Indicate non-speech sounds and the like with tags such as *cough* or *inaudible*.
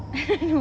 *laughs*